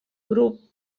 grup